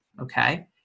okay